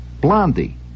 Blondie